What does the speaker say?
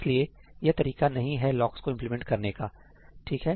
इसलिए यह तरीका नहीं है लॉक्स को इंप्लीमेंट करने का ठीक है